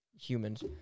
humans